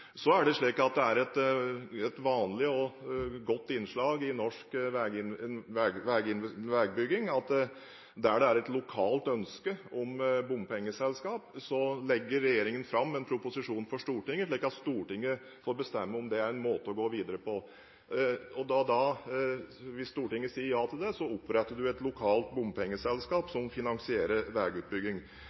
Så er det slik at det er et vanlig og godt innslag i norsk veibygging at i de tilfeller der det er et lokalt ønske om bompengeselskap, legger regjeringen fram en proposisjon for Stortinget, slik at Stortinget får bestemme om det er en måte å gå videre på. Hvis Stortinget sier ja til dette, oppretter en et lokalt bompengeselskap som finansierer